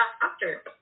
doctor